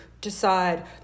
decide